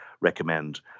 recommend